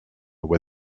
where